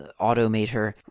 Automator